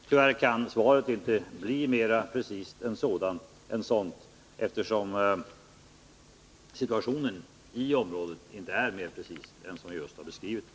Tyvärr kan inte svaret bli mer precist än så, eftersom situationen i området inte är mer precis än som jag har beskrivit den.